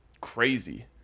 crazy